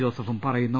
ജോസഫും പറയുന്നു